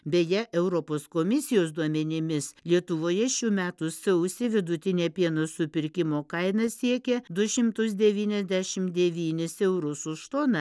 beje europos komisijos duomenimis lietuvoje šių metų sausį vidutinė pieno supirkimo kaina siekė du šimtus devyniasdešimt devynis eurus už toną